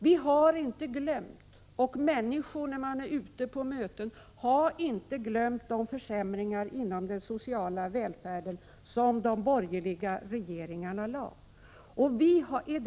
Vi har inte glömt de förslag till försämringar i fråga om den sociala välfärden som de borgerliga regeringarna lade, och när man är ute på möten får man erfara att människorna inte har glömt detta.